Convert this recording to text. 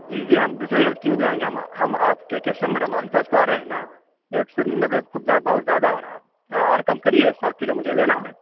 جی جی ہم دوسرے کے یہاں کیوں جائیں گے ہم ہم آپ کے کسٹمر ہم آپ ہی کے پاس تو آ رہے ہیں نا ایک سو نوے کچھ بھاؤ بہت زیادہ ہو رہا ہے تھوڑا اور کم کریے سو کلو مجھے لینا ہے